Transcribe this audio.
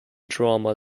drama